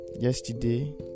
yesterday